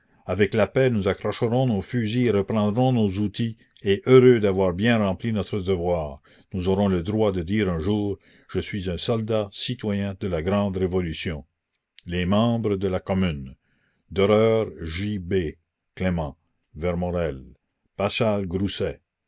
avec la paix nous accrocherons nos fusils et reprendrons nos outils et heureux d'avoir bien rempli la commune notre devoir nous aurons le droit de dire un jour je suis un soldat citoyen de la grande révolution les membres de la commune